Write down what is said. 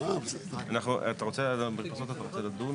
שבהן באמת המגרשים הם יותר גדולים,